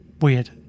weird